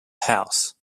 house